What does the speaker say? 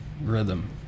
rhythm